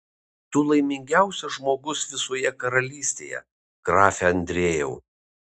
tu laimingiausias žmogus visoje karalystėje grafe andriejau